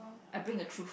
I bring a truth